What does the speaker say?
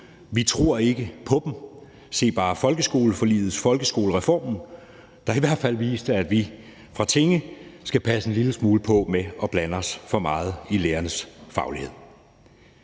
Vi tror ikke på dem. Se bare på folkeskoleforliget, folkeskolereformen, der i hvert fald viste, at vi her på tinge skal passe en lille smule på med at blande os for meget i lærernes faglighed.